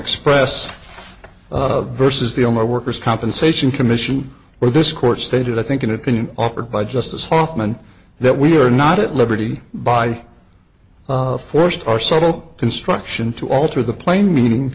express versus the owner worker's compensation commission where this court stated i think an opinion offered by justice hoffman that we are not at liberty by force are subtle construction to alter the plain meaning